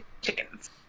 chickens